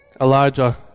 Elijah